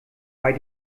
bei